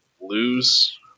lose